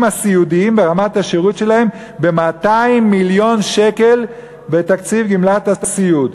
הסיעודיים ברמת השירות שלהם ב-200 מיליון שקל בתקציב גמלת הסיעוד.